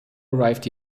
arrived